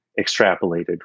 extrapolated